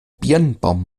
birnbaum